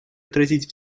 отразить